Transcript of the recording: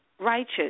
righteous